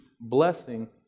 blessing